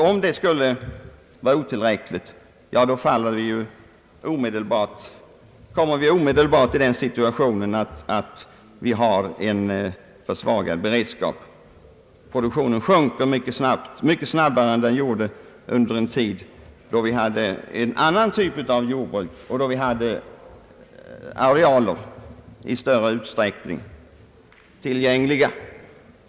Om denna lagerhållning är otillräcklig, får vi omedelbart en försvagad beredskap. Produktionen sjunker då mycket snabbare än den gjorde när vi hade en annan typ av jordbruk och när vi hade arealer i större utsträckning tillgängliga.